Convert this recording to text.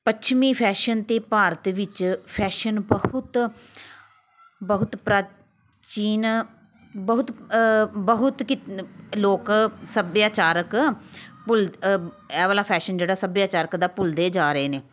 ਪੱਛਮੀ ਫੈਸ਼ਨ ਅਤੇ ਭਾਰਤ ਵਿੱਚ ਫੈਸ਼ਨ ਬਹੁਤ ਬਹੁਤ ਪ੍ਰਾਚੀਨ ਬਹੁਤ ਬਹੁਤ ਲੋਕ ਸੱਭਿਆਚਾਰਕ ਭੁੱਲ ਇਹ ਵਾਲਾ ਫੈਸ਼ਨ ਜਿਹੜਾ ਸੱਭਿਆਚਾਰਕ ਦਾ ਭੁੱਲਦੇ ਜਾ ਰਹੇ ਨੇ